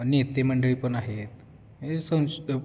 नेतेमंडळी पण आहेत हे सं